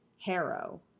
Harrow